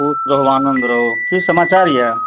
खुश रहू आनन्द रहू की समाचार यऽ